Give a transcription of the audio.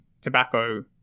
tobacco